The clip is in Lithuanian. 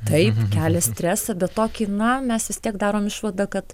taip kelia stresą bet tokį na mes vis tiek darom išvadą kad